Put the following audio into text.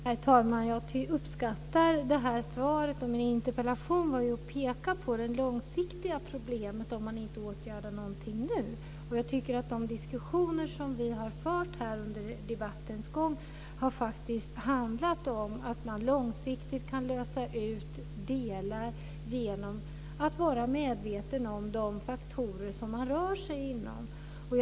Herr talman! Jag uppskattar det här svaret. I min interpellation pekade jag på det långsiktiga problemet om man inte åtgärdar någonting nu. De frågor som vi har tagit upp här under debattens gång har handlat om att man långsiktigt kan lösa ut delar genom att vara medveten om de faktorer man rör sig med.